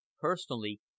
Personally